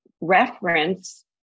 reference